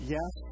Yes